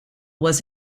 was